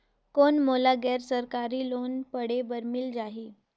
कौन मोला गैर सरकारी लोन पढ़े बर मिल जाहि?